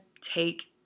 take